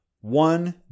one